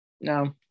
no